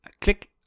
click